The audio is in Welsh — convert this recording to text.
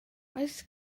oes